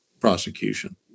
prosecution